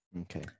Okay